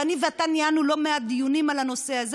ואני ואתה ניהלנו לא מעט דיונים על הנושא הזה.